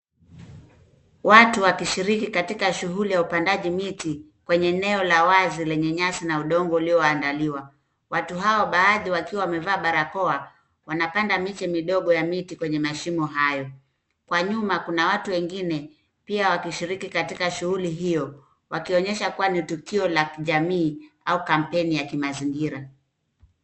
Watu wakishiriki katika shughuli ya upandaji miti kwenye eneo la wazi yenye nyasi na udongo ulioandaliwa. Watu hawa baadhi wakiwa wamevaa barakoa wanapanda miche midogo ya miti kwenye mashimo hayo. Kwa nyuma kuna watu wengine pia wakishiriki katika shughuli hio, wakionyesha kuwa ni tukio la jamii au kampeni ya kimazingira.